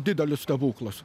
didelius stebuklas